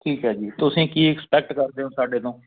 ਠੀਕ ਹੈ ਜੀ ਤੁਸੀਂ ਕੀ ਐਕਸਪੈਕਟ ਕਰਦੇ ਹੋ ਸਾਡੇ ਤੋਂ